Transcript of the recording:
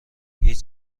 هیچ